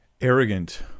Arrogant